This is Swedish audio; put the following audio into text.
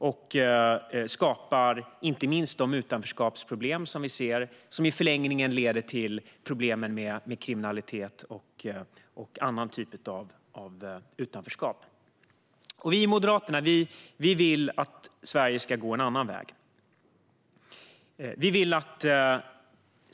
Detta skapar inte minst de utanförskapsproblem som vi ser och som i förlängningen leder till problem med kriminalitet och annat utanförskap. Moderaterna vill att Sverige ska gå en annan väg.